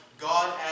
God